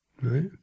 right